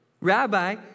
rabbi